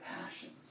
passions